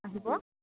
আহিব